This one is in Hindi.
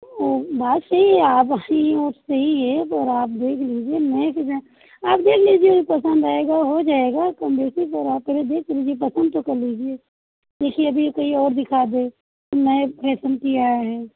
ओ बात सही है और आप देख लीजिए नए डिजाइन आप देख लीजिए पसंद आएगा हो जाएगा आप पहले देख तो लीजिए पसंद तो कर लीजिए देखिए अभी कोई और दिखा दे नए फेसन की या है